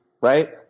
right